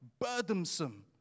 burdensome